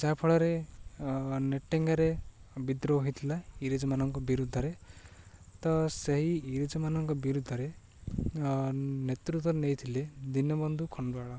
ଯାହାଫଳରେ ନେଟେଙ୍ଗାରେ ବିଦ୍ରୋହ ହୋଇଥିଲା ଇଂରେଜମାନଙ୍କ ବିରୁଦ୍ଧରେ ତ ସେହି ଇଂରେଜମାନଙ୍କ ବିରୁଦ୍ଧରେ ନେତୃତ୍ୱ ନେଇଥିଲେ ଦୀନବନ୍ଧୁ ଖଣ୍ଡୁଆଳ